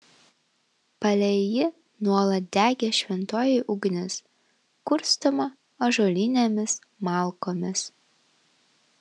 palei jį nuolat degė šventoji ugnis kurstoma ąžuolinėmis malkomis